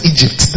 Egypt